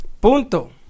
Punto